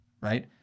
right